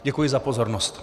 Děkuji za pozornost.